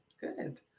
Good